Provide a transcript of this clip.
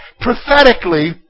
prophetically